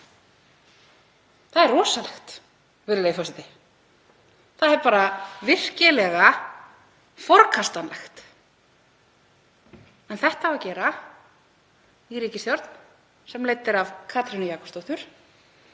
Það er rosalegt, virðulegi forseti. Það er bara virkilega forkastanlegt. En þetta á að gera í ríkisstjórn sem leidd er af Katrínu Jakobsdóttur